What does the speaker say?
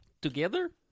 Together